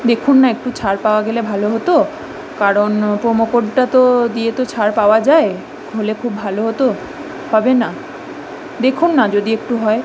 দেখুন না একটু ছাড় পাওয়া গেলে ভালো হতো কারণ প্রোমো কোডটা তো দিয়ে তো ছাড় পাওয়া যায় হলে খুব ভালো হতো হবে না দেখুন না যদি একটু হয়